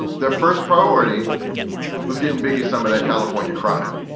their first priority was getting bigger, some of that california chronic.